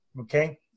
Okay